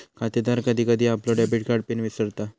खातेदार कधी कधी आपलो डेबिट कार्ड पिन विसरता